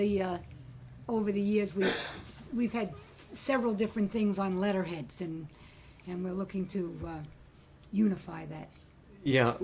the over the years where we've had several different things on letterhead sin and we're looking to unify that yeah